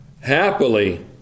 happily